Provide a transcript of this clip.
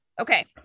Okay